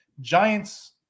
Giants